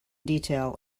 detail